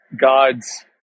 God's